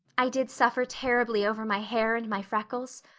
i did suffer terribly over my hair and my freckles.